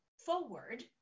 forward